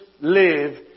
live